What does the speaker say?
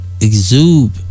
exude